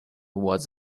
was